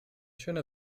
schöne